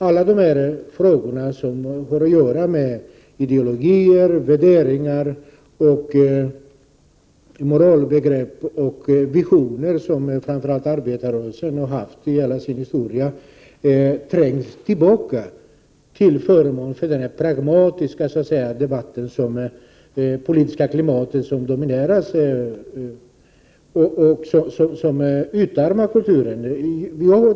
Alla dessa frågor, som har att göra med de ideologier, värderingar, moralbegrepp och visioner som framför allt arbetarrörelsen under hela sin historia har stått för, trängs tillbaka till förmån för denna pragmatiska debatt, vilken dominerar det politiska klimatet och utarmar kulturen.